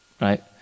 right